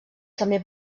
també